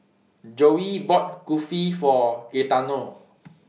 Joey bought Kulfi For Gaetano